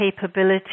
capability